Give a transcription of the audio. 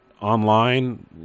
online